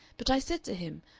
but i said to him,